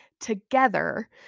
together